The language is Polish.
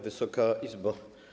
Wysoka Izbo!